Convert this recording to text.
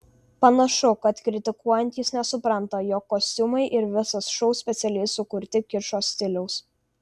panašu kad kritikuojantys nesupranta jog kostiumai ir visas šou specialiai sukurti kičo stiliaus